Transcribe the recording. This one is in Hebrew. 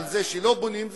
על זה שלא בונים,